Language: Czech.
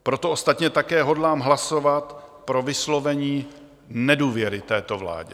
Proto ostatně také hodlám hlasovat pro vyslovení nedůvěry této vládě.